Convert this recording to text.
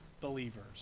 believers